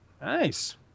Nice